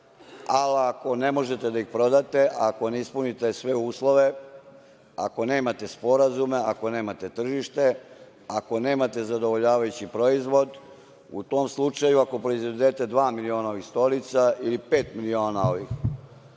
ali ako ne možete da ih prodate, ako ne ispunite sve uslove, ako nemate sporazume, ako nemate tržište, ako nemate zadovoljavajući proizvod, u tom slučaju, ako proizvedete dva miliona ovih stolica ili pet miliona